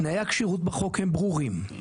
תנאי הכשירות בחוק הם ברורים.